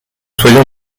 soyons